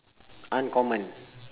uncommon